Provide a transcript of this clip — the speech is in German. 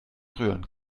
rühren